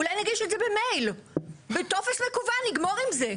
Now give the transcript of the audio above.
אולי נגיש את זה במייל, בטופס מקוון נגמור עם זה.